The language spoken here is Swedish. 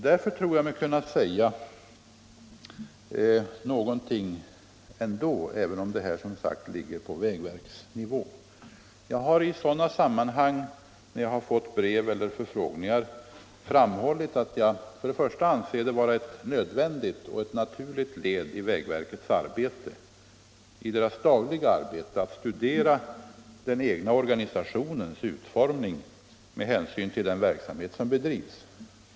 Därför tror jag mig kunna säga någonting trots att det här ligger på vägverkets nivå. Jag har när jag fått förfrågningar framhållit att jag anser det vara nödvändigt att vägverket som ett naturligt led i sitt dagliga arbete studerar den egna organisationens utformning med hänsyn till den verksamhet som bedrivs.